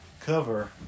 cover